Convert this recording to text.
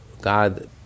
God